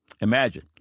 Imagine